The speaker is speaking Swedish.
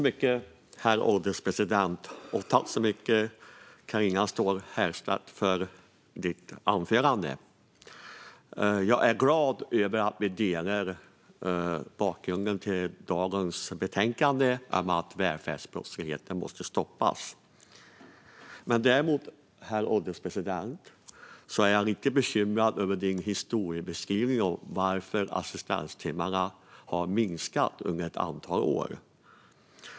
Herr ålderspresident! Tack så mycket för ditt anförande, Carina Ståhl Herrstedt! Jag är glad att vi är överens om bakgrunden till dagens betänkande och att välfärdsbrottsligheten måste stoppas. Däremot är jag lite bekymrad över din historiebeskrivning när det gäller varför assistanstimmarna har minskat under ett antal år.